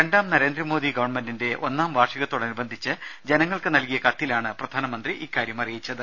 രണ്ടാം നരേന്ദ്രമോദി ഗവൺമെന്റിന്റെ ഒന്നാം വാർഷികത്തോടനുബന്ധിച്ച് ജനങ്ങൾക്ക് നൽകിയ കത്തിലാണ് പ്രധാനമന്ത്രി ഇക്കാര്യം അറിയിച്ചത്